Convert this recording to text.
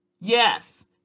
Yes